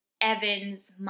Evan's